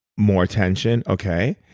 more tension, okay.